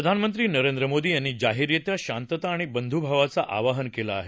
प्रधानमंत्री नरेंद्र मोदी यांनी जाहिररित्या शांतता आणि बंधुभावाचं आवाहन केलं आहे